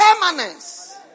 permanence